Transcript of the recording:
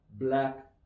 black